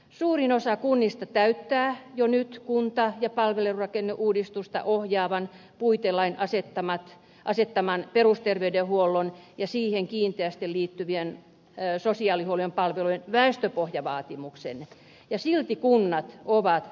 suurin osa kunnista täyttää jo nyt kunta ja palvelurakenneuudistusta ohjaavan puitelain asettaman perusterveydenhuollon ja siihen kiinteästi liittyvien sosiaalihuollon palvelujen väestöpohjavaatimuksen ja silti kunnat ovat talousvaikeuksissa